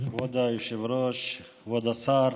כבוד היושב-ראש, כבוד השר,